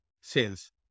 sales